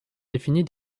définies